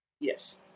Yes